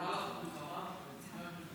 במהלך המלחמה ולפני המלחמה.